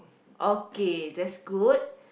okay that's good